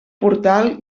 portal